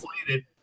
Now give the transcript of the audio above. inflated